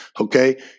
okay